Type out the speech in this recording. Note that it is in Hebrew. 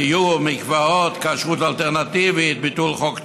גיור, מקוואות, כשרות אלטרנטיבית, ביטול חוק טל,